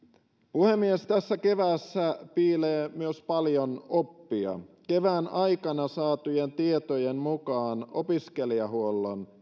puhemies tässä keväässä piilee myös paljon oppia kevään aikana saatujen tietojen mukaan opiskelijahuollon